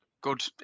Good